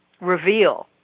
reveal